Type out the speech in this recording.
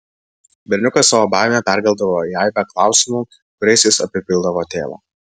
berniukas savo baimę perkeldavo į aibę klausimų kuriais jis apipildavo tėvą